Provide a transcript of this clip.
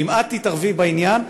ואם את תתערבי בעניין,